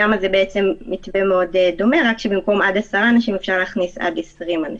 שם זה מתווה מאוד דומה אלא שבמקום עד 10 אנשים אפשר להכניס עד 20 אנשים.